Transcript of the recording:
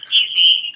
easy